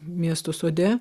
miesto sode